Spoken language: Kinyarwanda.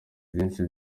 byinshi